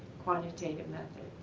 quantitative methods.